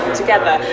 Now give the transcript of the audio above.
together